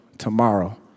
tomorrow